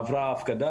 בעיקרון,